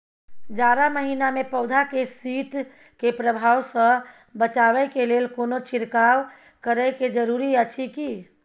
जारा महिना मे पौधा के शीत के प्रभाव सॅ बचाबय के लेल कोनो छिरकाव करय के जरूरी अछि की?